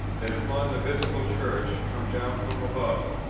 that upon the visible church come down from above,